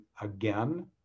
again